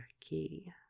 key